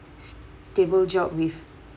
stable job with